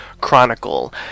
Chronicle